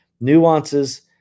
Nuances